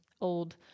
old